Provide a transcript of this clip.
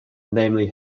namely